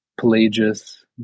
Pelagius